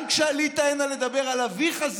גם כשעלית הנה לדבר על אביך,